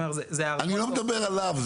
אני לא מדבר עליו,